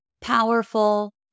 Powerful